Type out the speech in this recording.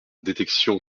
détection